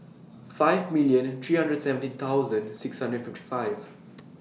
five million three hundred seventeen thousand six hundred fifty five